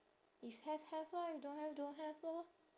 if have have lah if don't have don't have lor